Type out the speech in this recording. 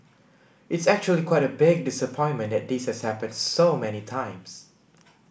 it's actually quite a big disappointment that this has happened so many times